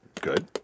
Good